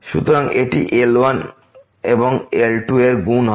সুতরাং এটি L1 এবং L2 এর গুণ হবে